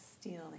stealing